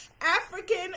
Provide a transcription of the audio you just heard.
African